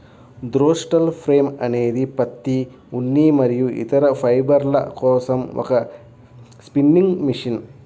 throstle frame అనేది పత్తి, ఉన్ని మరియు ఇతర ఫైబర్ల కోసం ఒక స్పిన్నింగ్ మెషిన్